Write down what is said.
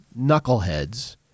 knuckleheads